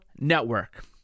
Network